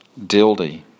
Dildy